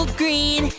green